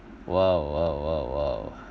!wow! !wow! !wow! !wow!